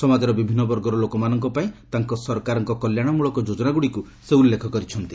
ସମାଜର ବିଭିନ୍ନ ବର୍ଗର ଲୋକମାନଙ୍କ ପାଇଁ ତାଙ୍କର ସରକାରଙ୍କ କଲ୍ୟାଣ ମୃଳକ ଯୋଜନାଗ୍ରଡିକ୍ ସେ ଉଲ୍ଲେଖ କରିଛନ୍ତି